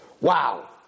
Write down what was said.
wow